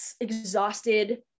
exhausted